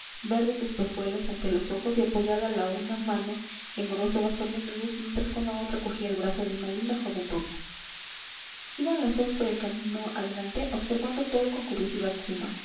verdes espejuelos ante los ojos y apoyada la una mano en grueso bastón de nudos mientras con la otra cogía el brazo de una linda joven rubia iban los dos por el camino adelante observando todo con curiosidad suma